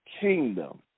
kingdom